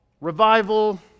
Revival